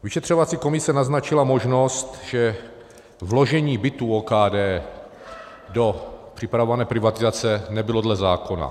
Vyšetřovací komise naznačila možnost, že vložení bytů OKD do připravované privatizace nebylo dle zákona.